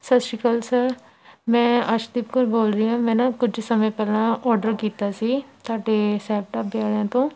ਸਤਿ ਸ਼੍ਰੀ ਅਕਾਲ ਸਰ ਮੈਂ ਅਰਸ਼ਦੀਪ ਕੌਰ ਬੋਲ ਰਹੀ ਹਾਂ ਮੈਂ ਨਾ ਕੁਝ ਸਮੇਂ ਪਹਿਲਾਂ ਔਡਰ ਕੀਤਾ ਸੀ ਤੁਹਾਡੇ ਸੈਬ ਢਾਬੇ ਵਾਲਿਆਂ ਤੋਂ